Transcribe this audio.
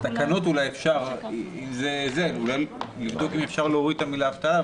בתקנות לבדוק אם אפשר להוריד את המילה אבטלה.